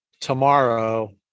tomorrow